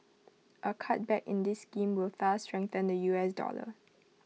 A cutback in this scheme will thus strengthen the U S dollar